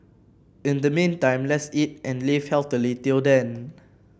in the meantime let's eat and live healthily till then